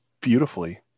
beautifully